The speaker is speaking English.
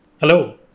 Hello